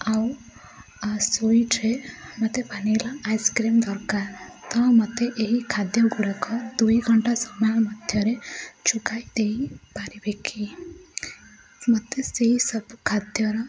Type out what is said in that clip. ଆଉ ସ୍ଵିଟ୍ ମୋତେ vanilla ice cream ଦରକାର ତ ମୋତେ ଏହି ଖାଦ୍ୟ ଗୁଡ଼ିକ ଦୁଇ ଘଣ୍ଟା ସମୟ ମଧ୍ୟରେ ଯୋଗାଇ ଦେଇ ପାରିବେ କି ମୋତେ ସେହି ସବୁ ଖାଦ୍ୟର